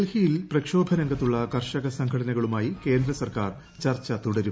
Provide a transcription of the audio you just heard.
ഡൽഹിയിൽ പ്രക്ഷോഭരംഗത്തുള്ള കർഷകസംഘടനക ളുമായി കേന്ദ്രസർക്കാർ ചർച്ച തുടരും